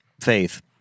faith